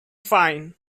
fine